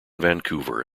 vancouver